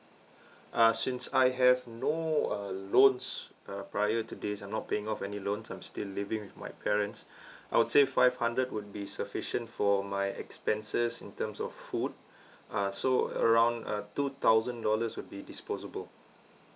uh since I have no uh loans uh prior to this I'm not paying off any loans I'm still living with my parents I would say five hundred would be sufficient for my expenses in terms of food uh so around uh two thousand dollars would be disposable